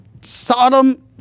Sodom